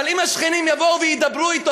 אבל אם השכנים יבואו וידברו אתו,